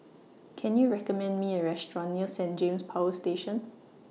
Can YOU recommend Me A Restaurant near Saint James Power Station